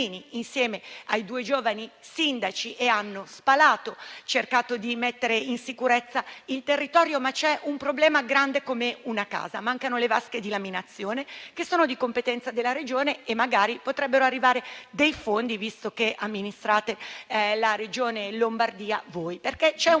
insieme ai due giovani sindaci, e hanno spalato, cercando di mettere in sicurezza il territorio, ma c'è un problema grande come una casa: mancano le vasche di laminazione, che sono di competenza della Regione; magari potrebbero arrivare dei fondi, visto che siete voi ad amministrare la Regione Lombardia. Il problema è